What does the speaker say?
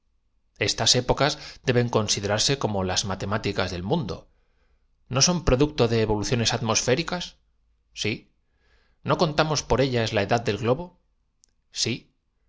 estas épocas deben considerarse como las matemáticas del mundo no son producto de evoluciones atmosfé rededor del cilindro con irlas desenvolviendo en sen ricas sí i no contamos por ellas la edad del globo